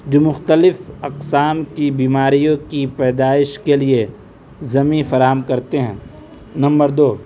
جو مختلف اقسام کی بیماریوں کی پیدائش کے لیے زمیں فراہم کرتے ہیں نمبر دو